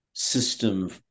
system